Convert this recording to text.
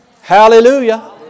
Hallelujah